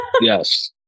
Yes